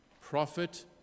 prophet